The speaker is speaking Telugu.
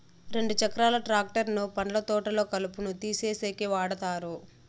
రెండు చక్రాల ట్రాక్టర్ ను పండ్ల తోటల్లో కలుపును తీసేసేకి వాడతారు